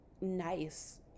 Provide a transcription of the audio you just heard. nice